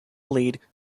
lead